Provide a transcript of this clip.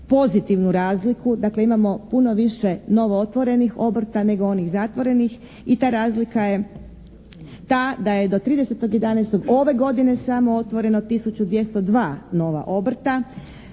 pozitivnu razliku, dakle imamo puno više novootvorenih obrta nego onih zatvoreni i ta razlika je ta da je do 30.11. ove godine samo otvoreno tisuću 202 nova obrta.